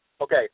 Okay